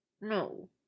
No